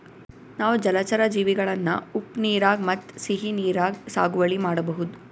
ನಾವ್ ಜಲಚರಾ ಜೀವಿಗಳನ್ನ ಉಪ್ಪ್ ನೀರಾಗ್ ಮತ್ತ್ ಸಿಹಿ ನೀರಾಗ್ ಸಾಗುವಳಿ ಮಾಡಬಹುದ್